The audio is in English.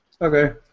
Okay